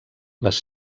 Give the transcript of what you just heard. les